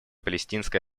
палестинской